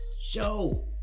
Show